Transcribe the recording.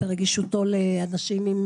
ורגישותו לאנשים עם